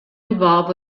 involved